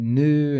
new